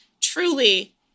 truly